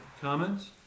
Comments